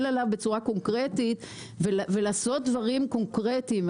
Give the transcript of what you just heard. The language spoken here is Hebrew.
עליו בצורה קונקרטית ולעשות דברים קונקרטיים.